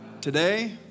Today